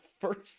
first